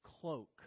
cloak